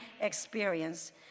experience